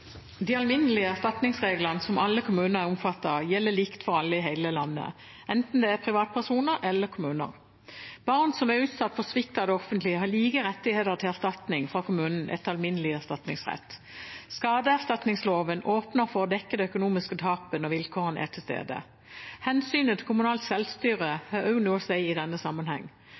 De alminnelige erstatningsreglene som alle kommuner er omfattet av, gjelder likt for alle i hele landet, enten det er privatpersoner eller kommuner. Barn som er utsatt for svikt av det offentlige, har like rettigheter til erstatning fra kommunen etter alminnelig erstatningsrett. Skadeerstatningsloven åpner for å dekke det økonomiske tapet når vilkårene er til stede. Hensynet til kommunalt selvstyre har også noe å si i denne